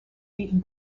beaten